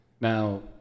Now